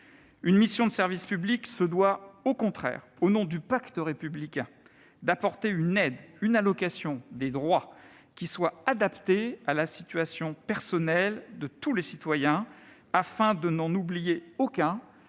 Une mission de service public se doit au contraire, au nom du pacte républicain, d'apporter une aide, une allocation, des droits adaptés à la situation personnelle de tous les citoyens, afin de n'en oublier aucun